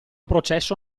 processo